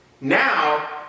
Now